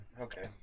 Okay